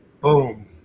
boom